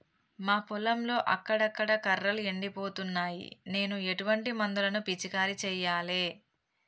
మా పొలంలో అక్కడక్కడ కర్రలు ఎండిపోతున్నాయి నేను ఎటువంటి మందులను పిచికారీ చెయ్యాలే?